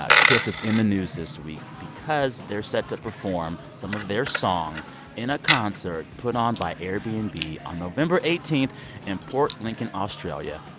ah kiss is in the news this week because they're set to perform some of their songs in a concert put on by airbnb on november eighteen in port lincoln, australia.